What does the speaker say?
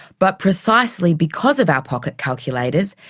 but precisely because of our pocket calculators,